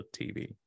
TV